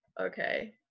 okay